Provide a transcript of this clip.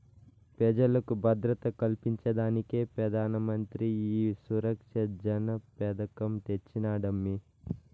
పెజలకు భద్రత కల్పించేదానికే పెదానమంత్రి ఈ సురక్ష జన పెదకం తెచ్చినాడమ్మీ